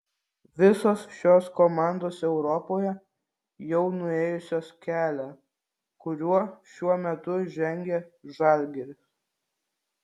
visos šios komandos europoje jau nuėjusios kelią kuriuo šiuo metu žengia žalgiris